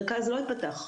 המרכז לא יפתח.